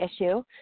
issue